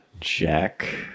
Jack